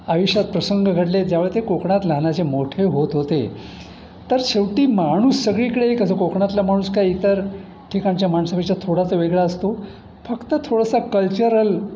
आयुष्यात प्रसंग घडले ज्यावेळे ते कोकणात लहानाचे मोठे होत होते तर शेवटी माणूस सगळीकडे कसं कोकणातला माणूस काही इतर ठिकाणच्या माणसापेक्षा थोडासा वेगळा असतो फक्त थोडासा कल्चरल